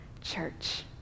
church